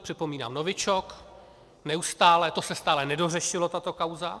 Připomínám novičok, neustále, to se stále nedořešilo, tato kauza.